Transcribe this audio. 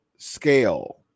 scale